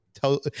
tell